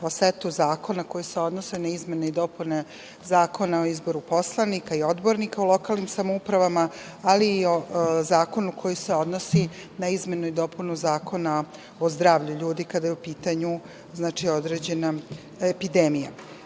o setu zakona koji se odnose na izmene i dopune Zakona o izboru poslanika i odbornika u lokalnim samoupravama, ali i o zakonu koji se odnosi na izmenu i dopunu Zakona o zdravlju ljudi, kada je u pitanju određena epidemija. Očito